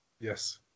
Yes